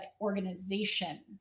organization